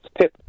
Pip